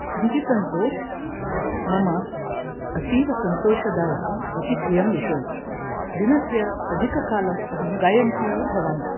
सङ्गीतं तु मम अतीवसन्तोषदायकम् अतिप्रियं विषयं दिनस्य अधिककालम् अहं गायन्ती भवामि